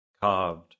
carved